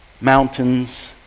Mountains